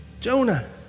Jonah